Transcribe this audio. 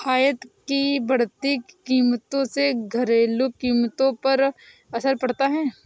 आयात की बढ़ती कीमतों से घरेलू कीमतों पर असर पड़ता है